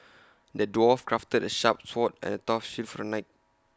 the dwarf crafted A sharp sword and A tough shield for the knight